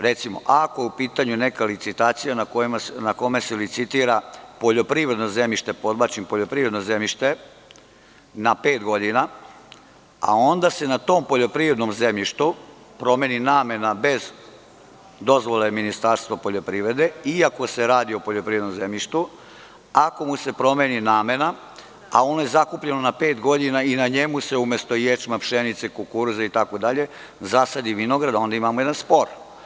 Recimo, ako je upitanju neka licitacija na kojoj se licitira poljoprivredno zemljište, podvlačim poljoprivredno, na pet godina, a onda se na tom poljoprivrednom zemljištu promeni namena bez dozvole Ministarstva poljoprivrede, iako se radi o poljoprivrednom zemljištu, a ono je zakupljeno na pet godina i na njemu se umesto ječma, pšenice, kukuruza itd, zasadi vinograd onda imamo jedan spor.